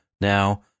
now